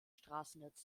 straßennetz